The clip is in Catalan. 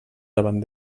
davant